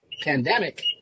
pandemic